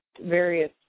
various